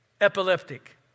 epileptic